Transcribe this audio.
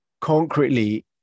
concretely